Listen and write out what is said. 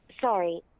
Sorry